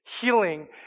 healing